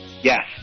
Yes